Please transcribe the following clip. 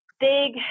Big